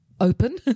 open